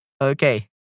Okay